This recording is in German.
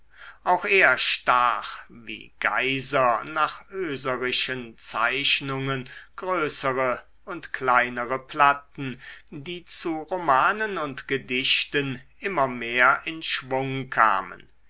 auch er stach wie geyser nach oeserischen zeichnungen größere und kleinere platten die zu romanen und gedichten immer mehr in schwung kamen